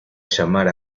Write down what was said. llamar